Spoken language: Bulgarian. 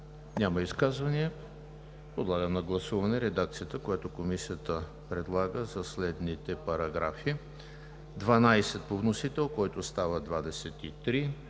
Няма изказвания. Подлагам на гласуване редакцията, която Комисията предлага за следните параграфи: § 12 по вносител, който става §